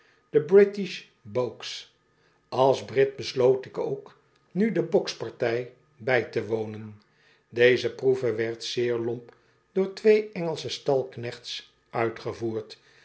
british boaxe als brit besloot ik ook nu de bokspartij bij te wonen deze proeve werd zeer lomp door twee engelschestalknechts uitgevoerd